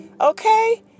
Okay